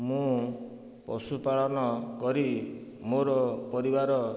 ମୁଁ ପଶୁପାଳନ କରି ମୋର ପରିବାର